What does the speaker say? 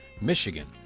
Michigan